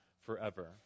forever